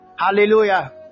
Hallelujah